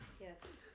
Yes